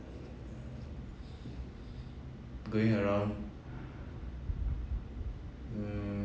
going around mm